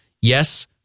Yes